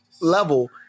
level